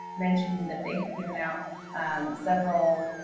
mentioned that they had given out several